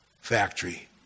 factory